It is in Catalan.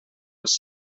els